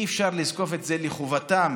אי-אפשר לזקוף את זה לחובתם.